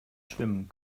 schwimmen